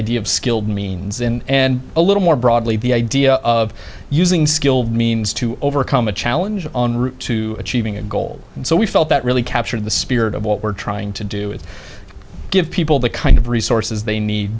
idea of skilled means in and a little more broadly the idea of using skilled means to overcome a challenge to achieving a goal and so we felt that really captured the spirit of what we're trying to do is give people the kind of resources they need